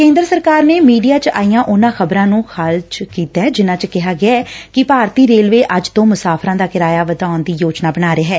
ਕੇਦਰ ਸਰਕਾਰ ਨੇ ਮੀਡੀਆ ਚ ਆਈਆ ਉਨਾ ਖ਼ਬਰਾ ਨੂੰ ਖਾਰਿਜ਼ ਕੀਤੈ ਜਿਨਾ ਚ ਕਿਹਾ ਗਿਐ ਕਿ ਭਾਰਤੀ ਰੇਲਵੇ ਅੱਜ ਤੋ ਮੁਸਾਫਰਾਂ ਦਾ ਕਿਰਾਇਆ ਵਧਾਉਣ ਦੀ ਯੋਜਨਾ ਬਣਾ ਰਿਹੈ